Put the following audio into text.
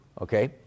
Okay